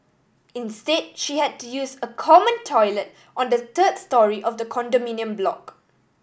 instead she had to use a common toilet on the third storey of the condominium block